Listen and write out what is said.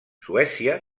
suècia